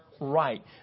right